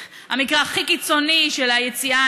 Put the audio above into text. המיגון לא מייצר שקל אחד,